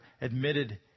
admitted